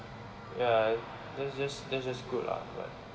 ya that's just that's just good lah but